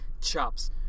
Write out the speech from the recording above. chops